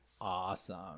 Awesome